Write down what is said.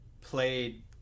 played